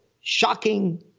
shocking